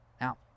Now